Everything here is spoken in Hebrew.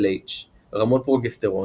רמות פרוגסטרון,